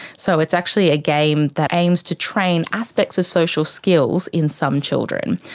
so it's actually a game that aims to train aspects of social skills in some children.